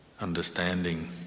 understanding